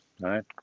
right